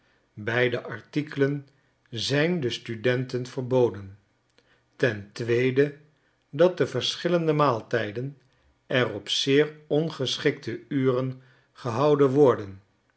verboden ten tweede dat de verschillende maaltijden er op zeer ongeschikte uren gehouden worden